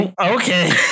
Okay